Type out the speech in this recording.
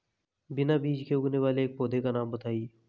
बिना बीज के उगने वाले एक पौधे का नाम बताइए